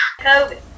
COVID